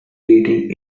heating